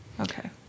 Okay